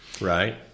Right